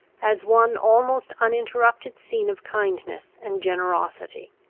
as one almost uninterrupted scene of kindness and generosity.